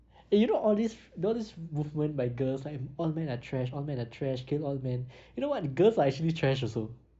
eh you know all these all these movement by girls like all men are trash all men are trash kill all men you know what girls are actually trash also